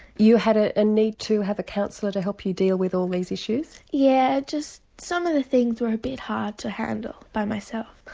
you had ah a need to have a counsellor to help you deal with all these issues? yeah, just some of the things were a bit hard to handle by myself.